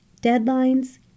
deadlines